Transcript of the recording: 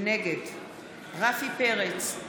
נגד רפי פרץ,